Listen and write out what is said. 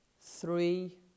three